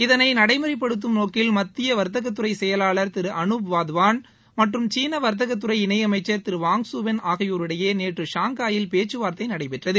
இதனை நடைமுறைப்படுத்தும் நோக்கில் மத்திய வர்த்தகத்துறை செயலாளர் திரு அனுப் வதவான் மற்றும் சீன வாத்தகத்துறை இணை அமைச்சர் திரு வாங்ஸுவென் ஆகியோரிடையே நேற்று ஷாங்காயில் பேச்சுவார்த்தை நடைபெற்றது